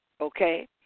okay